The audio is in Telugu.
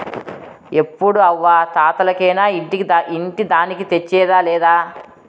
ఎప్పుడూ అవ్వా తాతలకేనా ఇంటి దానికి తెచ్చేదా లేదా